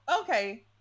okay